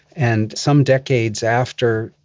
and some decades after,